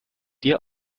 dir